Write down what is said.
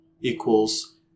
equals